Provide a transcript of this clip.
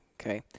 okay